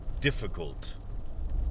difficult